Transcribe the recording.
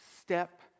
step